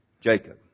Jacob